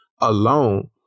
alone